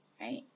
right